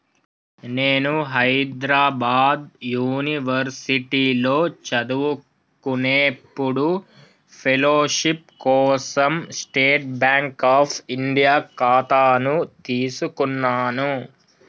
నేను హైద్రాబాద్ యునివర్సిటీలో చదువుకునేప్పుడు ఫెలోషిప్ కోసం స్టేట్ బాంక్ అఫ్ ఇండియా ఖాతాను తీసుకున్నాను